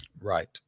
Right